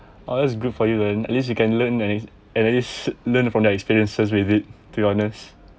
oh that's good for you then at least you can learn and and then you should learn from their experiences with it to be honest